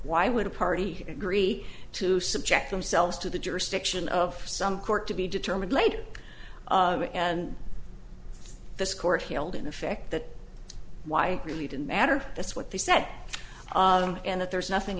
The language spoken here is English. why would a party agree to subject themselves to the jurisdiction of some court to be determined later and this court held in effect that why really didn't matter that's what they said and that there's nothing